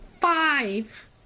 five